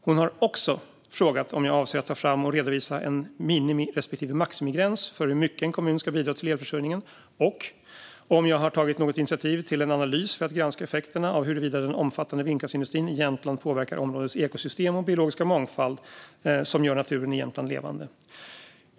Hon har också frågat om jag avser att ta fram och redovisa en minimi respektive maximigräns för hur mycket en kommun ska bidra till elförsörjningen och om jag har tagit något initiativ till en analys för att granska effekterna av huruvida den omfattande vindkraftsindustrin i Jämtland påverkar områdets ekosystem och biologiska mångfald, som gör naturen i Jämtland levande.